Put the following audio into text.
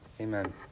Amen